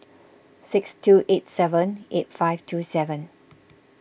six two eight seven eight five two seven